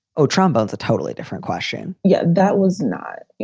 oh, trombones. a totally different question. yeah. that was not.